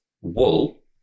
wool